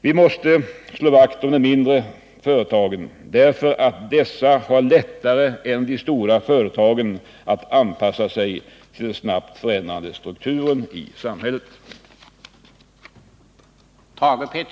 Vi måste slå vakt om de mindre företagen därför att dessa har lättare än de stora företagen att anpassa sig till den snabbt växlande strukturen i samhället.